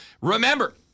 Remember